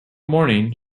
morning